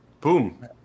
Boom